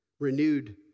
Renewed